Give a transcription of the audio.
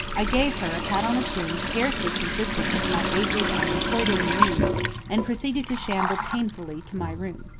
i gave her a pat on the chin scarcely consistent with my aged and tottering mien and proceeded to shamble painfully to my room.